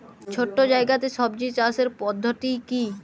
ছোট্ট জায়গাতে সবজি চাষের পদ্ধতিটি কী?